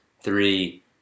three